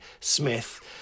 Smith